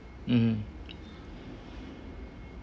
mm